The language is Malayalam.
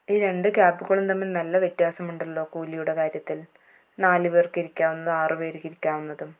ഈ രണ്ട് ക്യാബുകളും തമ്മിൽ നല്ല വ്യത്യാസം ഉണ്ടല്ലോ കൂലിയുടെ കാര്യത്തിൽ നാലു പേർക്ക് ഇരിക്കാവുന്നതും ആറു പേർക്ക് ഇരിക്കാവുന്നതും